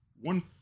one